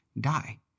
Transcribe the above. die